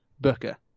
booker